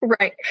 right